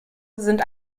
sind